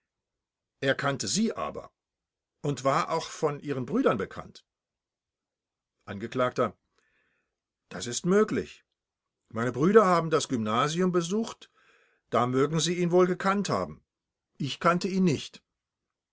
er kannte sie aber und war auch von ihren brüdern gekannt angeklagter das ist möglich meine brüder haben das gymnasium besucht da mögen sie ihn wohl gekannt haben ich kannte ihn nicht